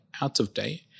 out-of-date